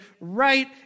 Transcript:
right